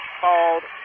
called